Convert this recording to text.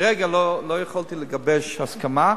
כרגע לא יכולתי לגבש הסכמה.